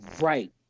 Right